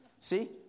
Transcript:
See